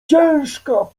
ciężka